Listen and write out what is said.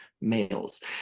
males